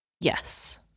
Yes